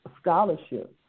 scholarships